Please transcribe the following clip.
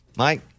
Mike